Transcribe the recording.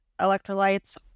electrolytes